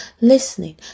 listening